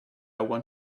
want